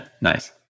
Nice